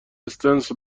استنس